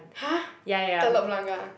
!huh! Telok-Blangah